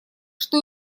что